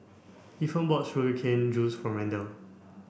Ethan bought sugar cane juice for Randal